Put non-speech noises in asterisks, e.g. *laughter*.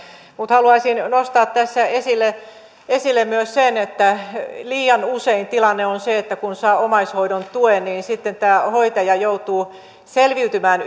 mutta haluaisin nostaa tässä esille esille myös sen että liian usein tilanne on se että kun saa omaishoidon tuen niin sitten tämä hoitaja joutuu selviytymään *unintelligible*